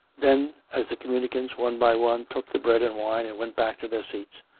then, as the communicants, one by one, took the bread and wine and went back to their seats,